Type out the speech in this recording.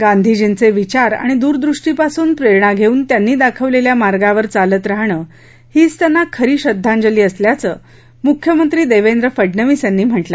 गांधीजींचे विचार आणि दूरदृष्टीपासून प्रेरणा घेऊन त्यांनी दाखवलेल्या मार्गावर चालत राहणं हीच त्यांना खरी श्रद्धाजंली असल्याचं मुख्यमंत्री देवेंद्र फडणवीस यांनी म्हटलं